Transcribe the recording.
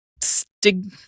stigma